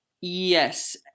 Yes